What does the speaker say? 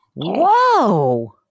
Whoa